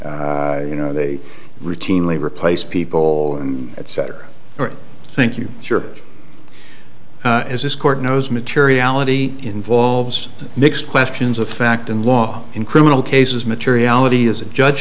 that you know they routinely replace people etc or think you sure as this court knows materiality involves mixed questions of fact in law in criminal cases materiality is a judge